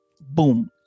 boom